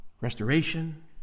restoration